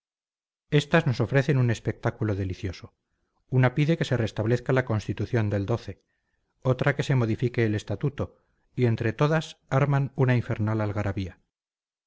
estas nos ofrecen un espectáculo delicioso una pide que se restablezca la constitución del otra que se modifique el estatuto y entre todas arman una infernal algarabía